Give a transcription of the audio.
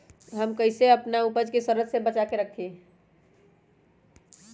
हम कईसे अपना उपज के सरद से बचा के रखी?